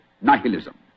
Nihilism